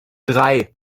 drei